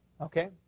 Okay